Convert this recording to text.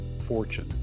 Fortune